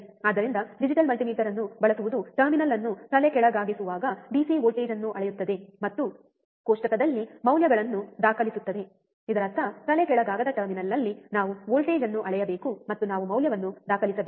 ಆದ್ದರಿಂದ digital multimeter ಅನ್ನು ಬಳಸುವುದು ಟರ್ಮಿನಲ್ ಅನ್ನು ಇನ್ವರ್ಟಿಂಗ್ ಆಗಿಸುವಾಗ ಡಿಸಿ ವೋಲ್ಟೇಜ್ ಅನ್ನು ಅಳೆಯುತ್ತದೆ ಮತ್ತು ಕೋಷ್ಟಕದಲ್ಲಿ ಮೌಲ್ಯಗಳನ್ನು ದಾಖಲಿಸುತ್ತದೆ ಇದರರ್ಥ ಇನ್ವರ್ಟಿಂಗ್ ಟರ್ಮಿನಲ್ನಲ್ಲಿ ನಾವು ವೋಲ್ಟೇಜ್ ಅನ್ನು ಅಳೆಯಬೇಕು ಮತ್ತು ನಾವು ಮೌಲ್ಯವನ್ನು ದಾಖಲಿಸಬೇಕು